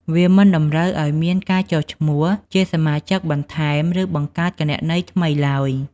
វាមិនតម្រូវឱ្យមានការចុះឈ្មោះជាសមាជិកបន្ថែម ឬបង្កើតគណនីថ្មីឡើយ។